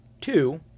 Two